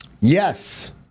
Yes